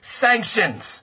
sanctions